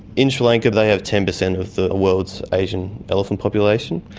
in sri lanka they have ten percent of the world's asian elephant population,